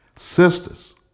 Sisters